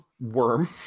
worm